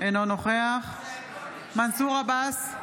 אינו נוכח מנסור עבאס,